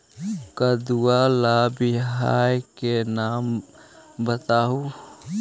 कददु ला बियाह के नाम बताहु?